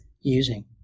using